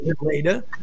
later